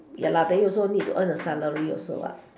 ya then you also need to earn a salary also what